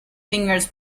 fingers